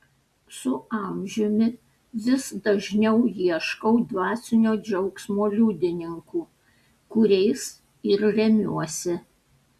su amžiumi vis dažniau ieškau dvasinio džiaugsmo liudininkų kuriais ir remiuosi